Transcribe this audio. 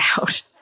out